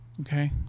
Okay